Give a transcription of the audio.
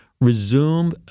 resume